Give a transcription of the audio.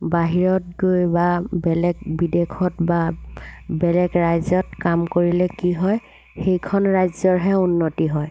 বাহিৰত গৈ বা বেলেগ বিদেশত বা বেলেগ ৰাজ্যত কাম কৰিলে কি হয় সেইখন ৰাজ্যৰহে উন্নতি হয়